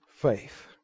faith